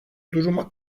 duruma